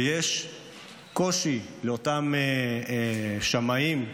ויש קושי לאותם שמאים,